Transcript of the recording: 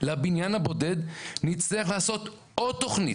לבניין הבודד נצטרך לעשות עוד תכנית,